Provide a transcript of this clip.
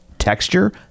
Texture